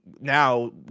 now